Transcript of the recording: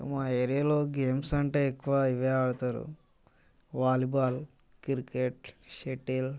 మా ఏరియాలో గేమ్స్ అంటే ఎక్కువ ఇవే ఆడతారు వాలీబాల్ క్రికెట్ షటిల్